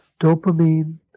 dopamine